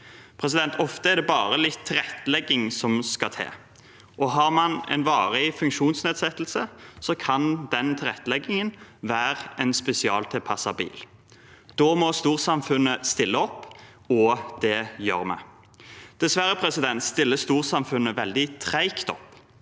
Ofte er det bare litt tilrettelegging som skal til. Har man en varig funksjonsnedsettelse, kan den tilretteleggingen være en spesialtilpasset bil. Da må storsamfunnet stille opp, og det gjør vi. Dessverre stiller storsamfunnet veldig tregt opp.